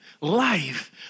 Life